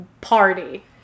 party